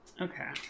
okay